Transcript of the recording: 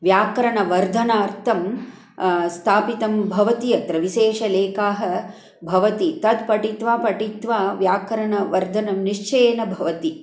व्याकरणवर्धनार्थं स्थापितं भवति अत्र विशेषलेखाः भवन्ति तत् पठित्वा पठित्वा व्याकरणवर्धनं निश्चयेन भवति